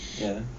ya